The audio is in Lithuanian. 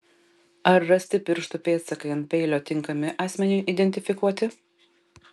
ar rasti pirštų pėdsakai ant peilio tinkami asmeniui identifikuoti